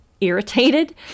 irritated